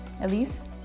Elise